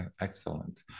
excellent